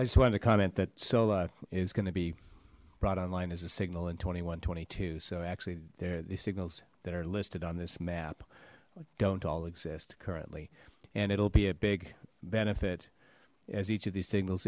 i just wanted to comment that sola is going to be brought online as a signal in twenty one twenty two so actually there the signals that are listed on this map don't all exist currently and it'll be a big benefit as each of these si